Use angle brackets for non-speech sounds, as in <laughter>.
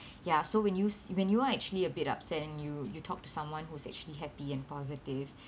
ya so when you s~ when you are actually a bit upset and you you talk to someone who's actually happy and positive <breath>